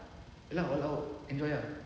ye lah all out enjoy ah